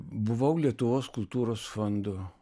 buvau lietuvos kultūros fondo